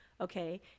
okay